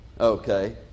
Okay